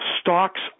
stocks